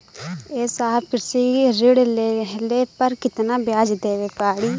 ए साहब कृषि ऋण लेहले पर कितना ब्याज देवे पणी?